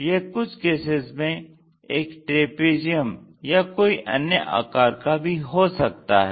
यह कुछ केसेस में एक ट्रेपेजियम या कोई अन्य आकर का भी हो सकता है